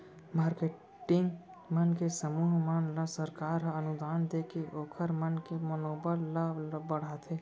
marketing मन के समूह मन ल सरकार ह अनुदान देके ओखर मन के मनोबल ल बड़हाथे